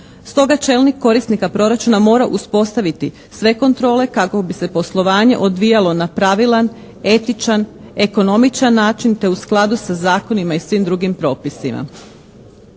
Stoga čelnik korisnika proračuna mora uspostaviti sve kontrole kako bi se poslovanje odvijalo na pravilan, etičan, ekonomičan način te u skladu sa zakonima i svim drugim propisima.